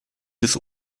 des